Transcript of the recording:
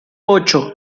ocho